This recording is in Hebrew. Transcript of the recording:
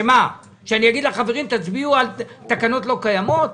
שאני אגיד לחברים להצביע על תקנות לא קיימות?